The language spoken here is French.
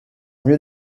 mieux